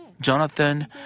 Jonathan